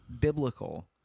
biblical